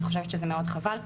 אני חושבת שזה מאוד חבל,